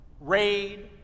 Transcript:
Raid